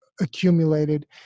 accumulated